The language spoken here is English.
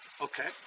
Okay